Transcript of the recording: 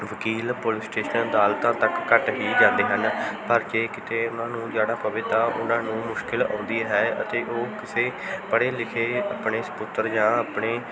ਵਕੀਲ police station ਅਦਾਲਤਾਂ ਤੱਕ ਘੱਟ ਹੀ ਜਾਂਦੇ ਹਨ ਪਰ ਜੇ ਕਿਤੇ ਉਹਨਾਂ ਨੂੰ ਜਾਣਾ ਪਵੇ ਤਾਂ ਉਹਨਾਂ ਨੂੰ ਮੁਸ਼ਕਿਲ ਆਉਂਦੀ ਹੈ ਅਤੇ ਉਹ ਕਿਸੇ ਪੜ੍ਹੇ ਲਿਖੇ ਆਪਣੇ ਸਪੁੱਤਰ ਜਾਂ ਆਪਣੇ